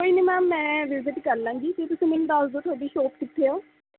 ਕੋਈ ਨਹੀਂ ਮੈਮ ਮੈਂ ਵੀਜ਼ਿਟ ਕਰ ਲਵਾਂਗੀ ਅਤੇ ਤੁਸੀਂ ਮੈਨੂੰ ਦੱਸ ਦਿਓ ਤੁਹਾਡੀ ਸ਼ੌਪ ਕਿੱਥੇ ਆ